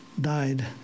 died